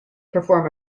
perform